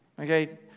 okay